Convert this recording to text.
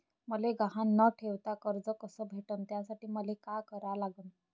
मले गहान न ठेवता कर्ज कस भेटन त्यासाठी मले का करा लागन?